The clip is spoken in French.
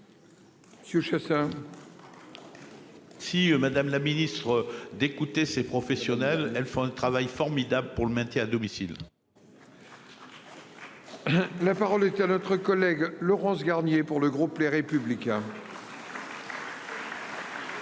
Monsieur. Si Madame la Ministre d'écouter ces professionnels, elles font un travail formidable pour le maintien à domicile. La parole est à notre collègue Laurence Garnier pour le groupe Les Républicains. Merci monsieur